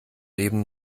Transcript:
leben